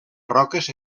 roques